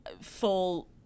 full